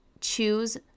choose